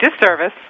disservice